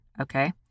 Okay